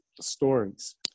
stories